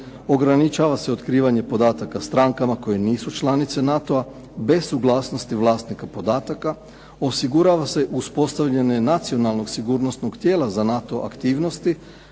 Ograničava se otkrivanje podataka strankama koje nisu članice NATO-a bez suglasnosti vlasnika podataka, osigurava se uspostavljanje nacionalnog sigurnosnog tijela za NATO aktivnosti